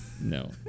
No